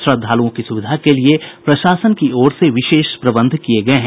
श्रद्धालुओं की सुविधा के लिए प्रशासन की ओर से विशेष प्रबंध किये गए हैं